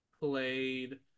played